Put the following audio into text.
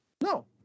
No